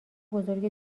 بزرگ